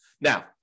Now